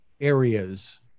areas